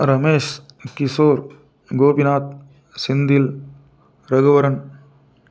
Ramesh Kishore Gopinath Senthil Raghuvaran